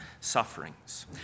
sufferings